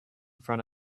front